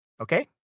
Okay